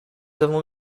avons